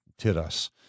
Tiras